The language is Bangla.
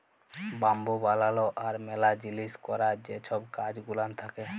বাম্বু বালালো আর ম্যালা জিলিস ক্যরার যে ছব কাজ গুলান থ্যাকে